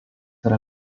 yra